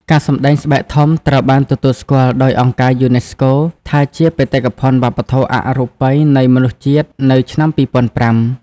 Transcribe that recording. ការសម្ដែងស្បែកធំត្រូវបានទទួលស្គាល់ដោយអង្គការយូណេស្កូថាជាបេតិកភណ្ឌវប្បធម៌អរូបីនៃមនុស្សជាតិនៅឆ្នាំ២០០៥។